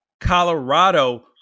Colorado